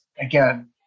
again